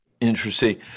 Interesting